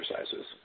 exercises